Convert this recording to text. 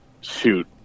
Shoot